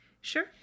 sure